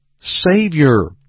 savior